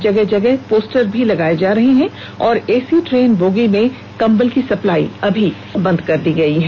जगह जगह पोस्टर लगाए जा रहे हैं और एसी ट्रेन बोगी में कंबल की सप्लाई अभी बंद कर दी गई है